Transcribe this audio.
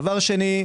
דבר שני,